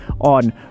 on